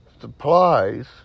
supplies